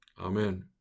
Amen